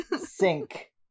sink